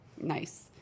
Nice